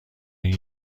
این